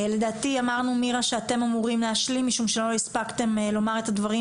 לדעתי אמרנו נירה שאתם אמורים להשלים משום שלא הספקתם לומר את הדברים